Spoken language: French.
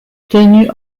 tenue